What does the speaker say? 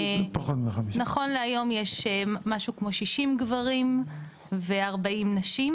נכון להיום יש משהו כמו 60 גברים ו-40 נשים,